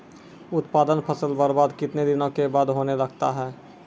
उत्पादन फसल बबार्द कितने दिनों के बाद होने लगता हैं?